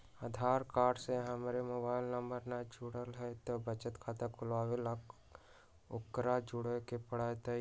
आधार card से हमर mobile number न जुरल है त बचत खाता खुलवा ला उकरो जुड़बे के पड़तई?